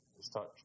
start